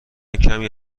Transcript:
کمی